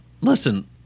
Listen